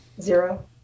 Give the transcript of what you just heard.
zero